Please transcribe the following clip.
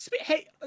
Hey